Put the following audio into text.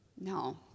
No